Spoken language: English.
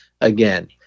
again